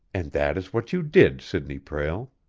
and that is what you did, sidney prale!